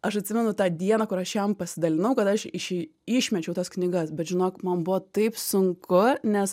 aš atsimenu tą dieną kur aš jam pasidalinau kad aš išei išmečiau tas knygas bet žinok man buvo taip sunku nes